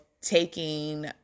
taking